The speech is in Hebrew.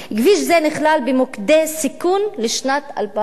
כביש זה נכלל במוקדי סיכון לשנת 2008,